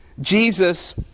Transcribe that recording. Jesus